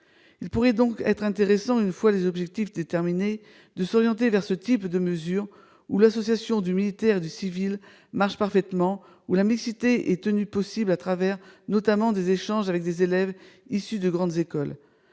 Il pourrait donc être intéressant, une fois les objectifs déterminés, de s'orienter vers ce type de mesure, où l'association du militaire et du civil fonctionne parfaitement, où la mixité est rendue possible au travers, notamment, d'échanges avec des élèves issus de grandes écoles.